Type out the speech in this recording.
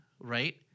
right